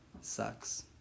sucks